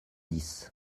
dix